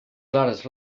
clares